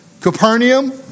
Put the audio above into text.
Capernaum